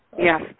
Yes